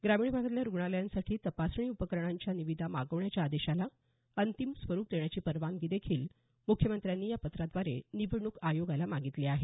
ग्रामीण भागातल्या रूग्णालयांसाठी तपासणी उपकरणांच्या निविदा मागवण्याच्या आदेशाला अंतिम स्वरूप देण्याची परवानगी देखील मुख्यमंत्र्यांनी या पत्राद्वारे निवडणूक आयोगाला मागितली आहे